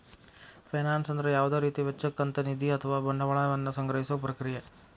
finance ಅಂದ್ರ ಯಾವುದ ರೇತಿ ವೆಚ್ಚಕ್ಕ ಅಂತ್ ನಿಧಿ ಅಥವಾ ಬಂಡವಾಳ ವನ್ನ ಸಂಗ್ರಹಿಸೊ ಪ್ರಕ್ರಿಯೆ